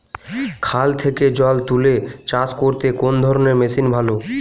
খাল থেকে জল তুলে চাষ করতে কোন ধরনের মেশিন ভালো?